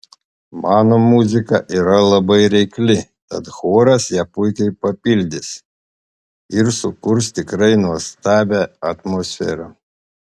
mano muzika yra labai reikli tad choras ją puikiai papildys ir sukurs tikrai nuostabią atmosferą